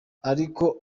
ariko